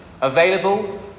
Available